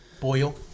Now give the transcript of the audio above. boil